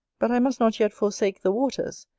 but i must not yet forsake the waters,